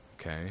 okay